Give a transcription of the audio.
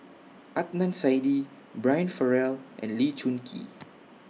Adnan Saidi Brian Farrell and Lee Choon Kee